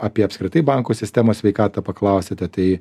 apie apskritai bankų sistemos sveikatą paklausėte tai